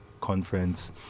conference